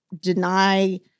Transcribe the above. deny